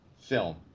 film